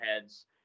heads